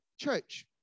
church